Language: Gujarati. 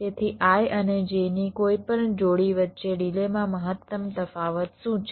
તેથી i અને j ની કોઈપણ જોડી વચ્ચે ડિલેમાં મહત્તમ તફાવત શું છે